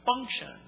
functions